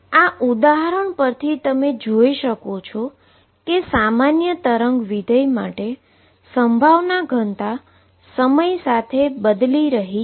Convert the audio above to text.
આ ઉદાહરણ પરથી તમે જોઈ શકો છો કે સામાન્ય વેવ ફંક્શન માટે પ્રોબેબીલીટી ડેન્સીટી સમય સાથે બદલાઇ રહી છે